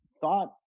thought